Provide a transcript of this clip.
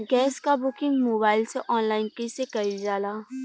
Gas क booking mobile से online कईसे कईल जाला?